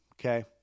Okay